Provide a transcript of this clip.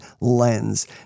lens